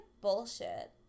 bullshit